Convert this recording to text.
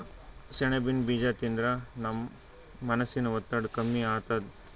ಸೆಣಬಿನ್ ಬೀಜಾ ತಿಂದ್ರ ನಮ್ ಮನಸಿನ್ ಒತ್ತಡ್ ಕಮ್ಮಿ ಆತದ್